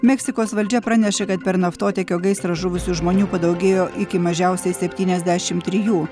meksikos valdžia praneša kad per naftotiekio gaisrą žuvusių žmonių padaugėjo iki mažiausiai septyniasdešimt trijų